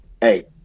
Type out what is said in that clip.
hey